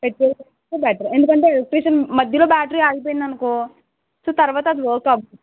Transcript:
petrol bikes ఏ better ఎందుకంటే electrician మధ్యలో బ్యాటరీ ఆగిపోయిందనుకో సో తర్వాత అది వర్క్ అవ్వదు